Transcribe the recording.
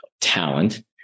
talent